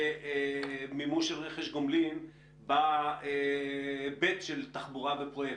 מימוש של רכש גומלין בהיבט של תחבורה פרויקטים.